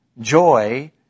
joy